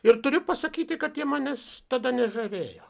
ir turiu pasakyti kad jie manęs tada nežavėjo